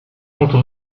molto